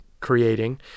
Creating